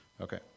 Okay